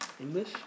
English